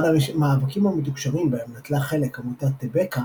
אחד המאבקים המתוקשרים בהם נטלה חלק עמותת טבקה